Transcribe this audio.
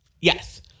Yes